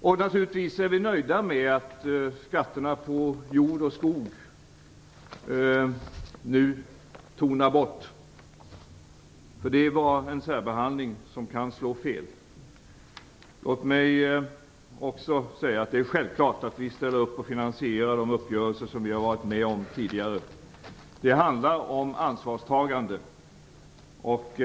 Vi är naturligtvis nöjda med att skatterna på jord och skog nu tonar bort, därför att det var en särbehandling som kan slå fel. Låt mig också säga att det är självklart att vi ställer upp och finansierar de uppgörelser som vi har varit med om tidigare. Det handlar om ansvarstagande.